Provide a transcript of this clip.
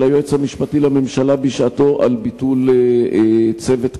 היועץ המשפטי לממשלה בשעתו על ביטול צוות כזה,